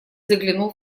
заглянул